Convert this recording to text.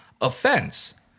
offense